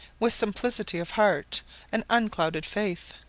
with simplicity of heart and unclouded faith.